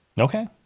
Okay